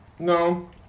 No